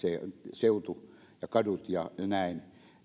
seutu ja kadut ja näin